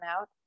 out